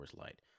Light